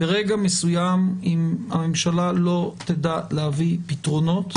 ברגע מסוים, אם הממשלה לא תדע להביא פתרונות